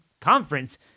conference